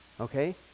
okay